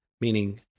meaning